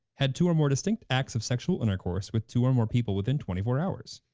had two or more distinct acts of sexual intercourse with two or more people within twenty four hours?